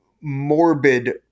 morbid